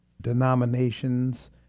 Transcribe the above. denominations